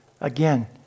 again